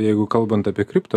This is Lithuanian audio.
jeigu kalbant apie kripto